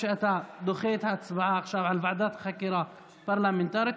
דוחה את ההצבעה עכשיו על ועדת חקירה פרלמנטרית,